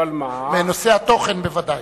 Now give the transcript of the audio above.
מנושא התוכן ודאי.